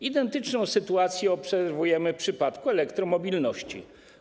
Identyczną sytuację obserwujemy w przypadku elektromobilności.